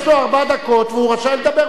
יש לו ארבע דקות והוא רשאי לדבר.